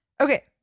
Okay